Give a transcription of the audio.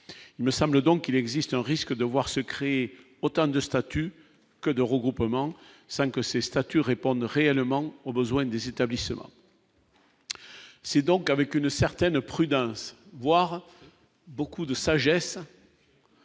il me semble donc il existe un risque de voir se créer autant de statut que de regroupements 5 que ces statuts réponde réellement aux besoins des établissements. C'est donc avec une certaine prudence, voire beaucoup de sagesse.